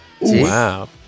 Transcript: Wow